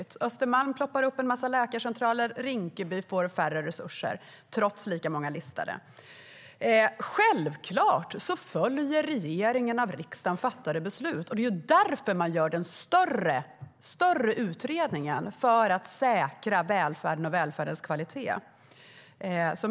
På Östermalm ploppar det upp en massa läkarcentraler. Rinkeby får mindre resurser trots att det är lika många listade. Självklart följer regeringen av riksdagen fattade beslut. Det är därför man gör den större utredningen, för att säkra välfärden och välfärdens kvalitet.